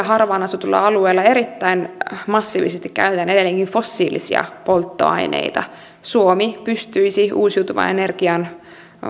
harvaan asutulla alueella erittäin massiivisesti käytetään edelleenkin fossiilisia polttoaineita suomi pystyisi uusiutuvan energian